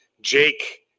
Jake